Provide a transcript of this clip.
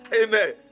Amen